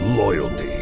loyalty